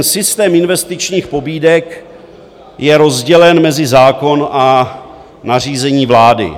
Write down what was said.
Systém investičních pobídek je rozdělen mezi zákon a nařízení vlády.